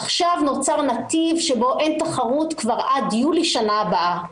עכשיו נוצר נתיב שבו אין תחרות כבר עד יולי שנה הבאה,